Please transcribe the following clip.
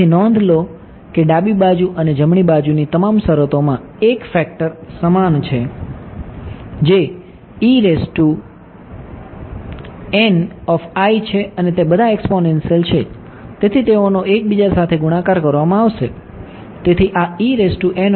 તેથી નોંધ લો કે ડાબી બાજુ અને જમણી બાજુની તમામ શરતોમાં એક ફેક્ટર સમાન છે જે છે અને તે બધા એક્સ્પોનેંશિયલ છે તેથી તેઓનો એકબીજા સાથે ગુણાકાર કરવામાં આવશે